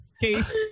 Case